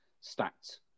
stacked